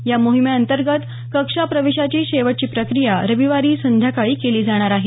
या मोहिमेअंतर्गत कक्षाप्रवेशाची शेवटची प्रक्रिया रविवारी संध्याकाळी केली जाणार आहे